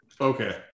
Okay